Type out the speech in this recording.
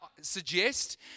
suggest